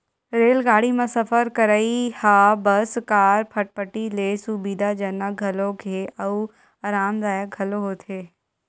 रेलगाड़ी म सफर करइ ह बस, कार, फटफटी ले सुबिधाजनक घलोक हे अउ अरामदायक घलोक होथे